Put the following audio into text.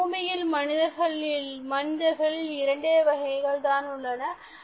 இந்த பூமியில் மனிதர்களில் இரண்டே வகைகள் தான் உள்ளன